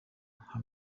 nka